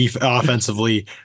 offensively